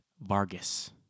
Vargas